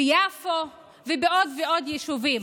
מיפו ומעוד ועוד יישובים.